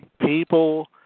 People